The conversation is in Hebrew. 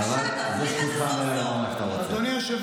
אז תפריך, אדוני היו"ר.